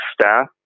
staff